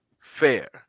Fair